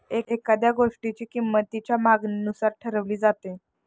एखाद्या गोष्टीची किंमत तिच्या मागणीनुसार ठरवली जाते